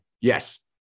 yes